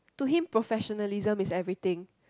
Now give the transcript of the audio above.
to him professionalism is everything